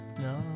No